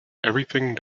everything